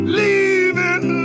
leaving